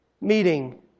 meeting